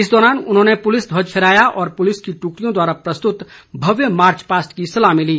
इस दौरान उन्होंने पुलिस ध्वज फहराया और पुलिस की ट्कड़ियों द्वारा प्रस्तुत भव्य मार्चपास्ट की सलामी ली